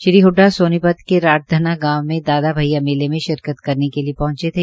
श्री हड्डा सोनीपत के राठधना गांव में दादा भैया मेले में शिरकत करने के लिए पहुंचे थे